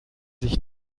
sich